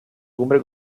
cumbre